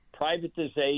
privatization